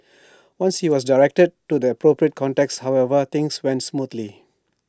once he was directed to the appropriate contacts however things went smoothly